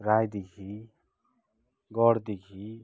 ᱨᱟᱭᱫᱤᱜᱷᱤ ᱜᱚᱲᱫᱤᱜᱷᱤ